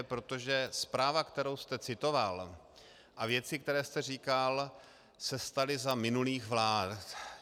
Protože zpráva, kterou jste citoval, a věci, které jste říkal, se staly za minulých vlád.